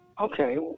Okay